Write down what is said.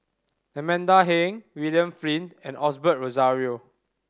Amanda Heng William Flint and Osbert Rozario